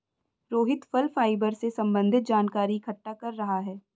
रोहित फल फाइबर से संबन्धित जानकारी इकट्ठा कर रहा है